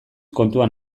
kontuan